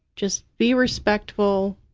just be respectful.